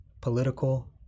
Political